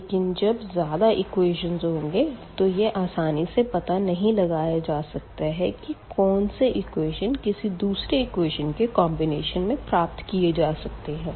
लेकिन जब ज़्यादा इक्वेशन होंगे तो यह आसानी से पता नहीं लगाया जा सकता कि कौन से इक्वेशन किसी दूसरे इक्वेशन के कॉम्बिनेशन में प्राप्त किए जा सकते है